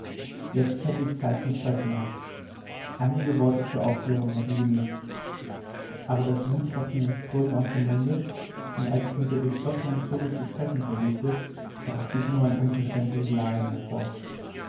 jetzt hätte ich zeit zum sprechen gehabt einige worte hätten zur aufklärung genügt aber das blut schoß mir in strömen aus dem munde und als ich mit der durchstochenen zunge zu sprechen versuchte brachte ich nur ein unverständliches lallen hervor